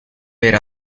weer